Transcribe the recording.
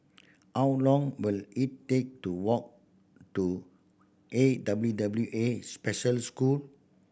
how long will it take to walk to A W W A Special School